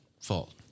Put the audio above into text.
fault